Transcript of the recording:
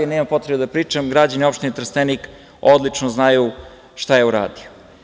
Nemam potrebe da pričam, građani opštine Trstenik odlično znaju šta je uradio.